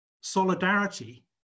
solidarity